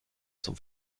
zum